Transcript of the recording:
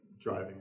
driving